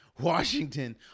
Washington